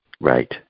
right